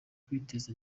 kwiteza